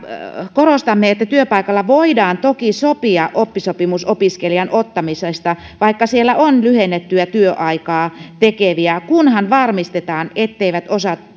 korostamme että työpaikalla voidaan toki sopia oppisopimusopiskelijan ottamisesta vaikka siellä on lyhennettyä työaikaa tekeviä kunhan varmistetaan etteivät